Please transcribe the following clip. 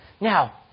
Now